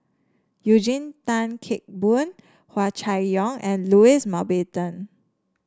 Eugene Tan Kheng Boon Hua Chai Yong and Louis Mountbatten